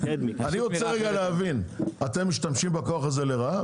אני רוצה רגע להבין, אתם משתמשים בכוח הזה לרעה?